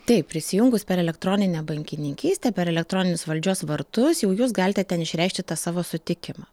taip prisijungus per elektroninę bankininkystę per elektroninius valdžios vartus jau jūs galite ten išreikšti tą savo sutikimą